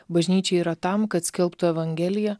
bažnyčia yra tam kad skelbtų evangeliją